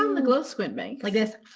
um the glow squid makes. like this,